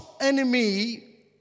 enemy